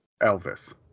Elvis